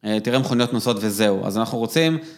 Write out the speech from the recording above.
תראה מכוניות נוסעות וזהו, אז אנחנו רוצים...